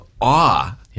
awe